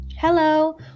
Hello